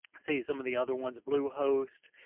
see some of the other ones, blue host,